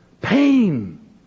pain